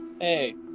Hey